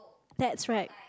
that's right